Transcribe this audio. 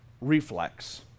reflex